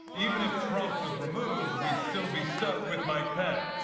even if trump was removed, we'd still be stuck with mike pence.